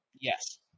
Yes